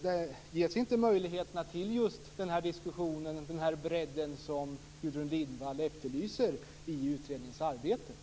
Det ges inte möjlighet till den typ av breda diskussioner som Gudrun Lindvall efterlyste i utredningens arbete.